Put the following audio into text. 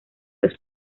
los